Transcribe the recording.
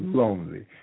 lonely